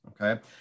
Okay